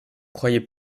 croyez